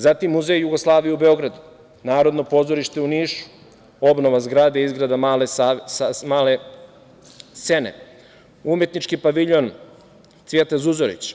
Zatim, Muzej Jugoslavije u Beogradu, Narodno pozorište u Nišu, obnova zgrade i izrada male scene, Umetnički paviljon „Cvete Zuzorić“